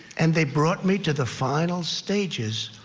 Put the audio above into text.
and they brought me to the final stages